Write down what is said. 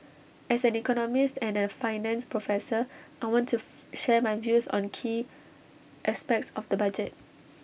as an economist and A finance professor I want to share my views on key aspects of the budget